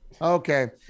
Okay